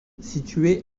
située